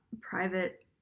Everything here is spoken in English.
private